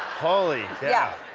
holy. yeah.